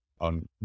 on